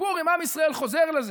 בפורים עם ישראל חוזר לזה.